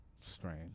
strange